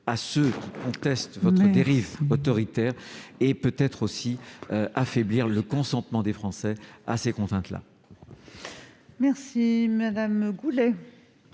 à ceux qui contestent votre dérive autoritaire et, peut-être aussi, affaiblir le consentement des Français à ces contraintes. La parole